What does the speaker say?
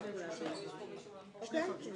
הצבעה בעד הרביזיה על סעיף 55, 4 נגד, 6 נמנעים,